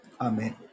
Amen